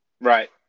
Right